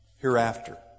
hereafter